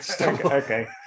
Okay